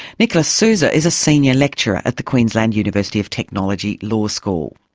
nicolas suzor is a senior lecturer at the queensland university of technology law school.